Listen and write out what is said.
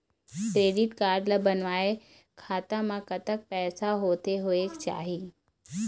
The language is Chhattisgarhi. क्रेडिट कारड ला बनवाए खाता मा कतक पैसा होथे होएक चाही?